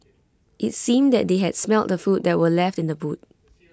IT seemed that they had smelt the food that were left in the boot